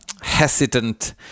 hesitant